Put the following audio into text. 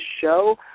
show